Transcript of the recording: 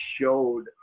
showed